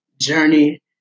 journey